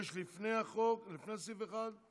יש לפני החוק, לפני סעיף 1,